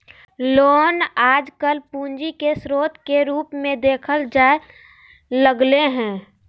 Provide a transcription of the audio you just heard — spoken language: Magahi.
लोन आजकल पूंजी के स्रोत के रूप मे देखल जाय लगलय हें